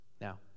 now